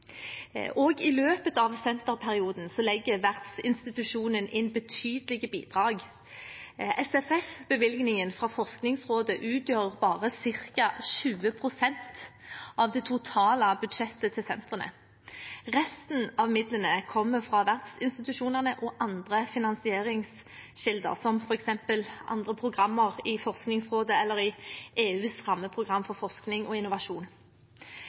investeringer. I løpet av senterperioden legger vertsinstitusjonen inn betydelige bidrag. SFF-bevilgningen fra Forskningsrådet utgjør bare ca. 20 pst. av det totale budsjettet til sentrene. Resten av midlene er kommet fra vertsinstitusjonene og andre finansieringskilder, som f.eks. andre programmer i Forskningsrådet eller EUs rammeprogram for forskning og innovasjon.